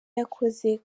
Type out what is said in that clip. yakoze